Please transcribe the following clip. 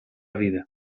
vida